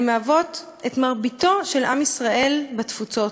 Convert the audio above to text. מהוות את מרביתו של עם ישראל בתפוצות,